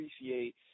appreciate